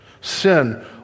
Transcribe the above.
Sin